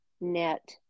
net